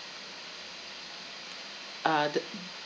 uh the